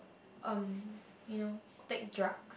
um you know take drugs